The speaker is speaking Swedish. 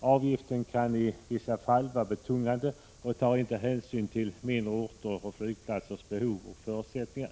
Avgiften kan i vissa fall vara betungande, och vid uttagandet av den tar man inte hänsyn till mindre orters och flygplatsers behov och förutsättningar.